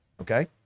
okay